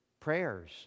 prayers